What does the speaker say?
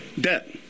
debt